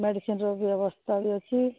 ମେଡିସିନ୍ର ବ୍ୟବସ୍ଥା ବି ଅଛି